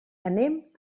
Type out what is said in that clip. anem